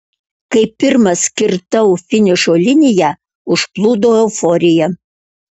kai pirmas kirtau finišo liniją užplūdo euforija